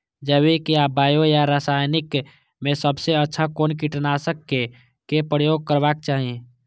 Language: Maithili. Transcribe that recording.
जैविक या बायो या रासायनिक में सबसँ अच्छा कोन कीटनाशक क प्रयोग करबाक चाही?